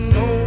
no